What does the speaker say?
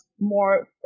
more